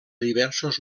diversos